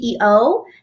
CEO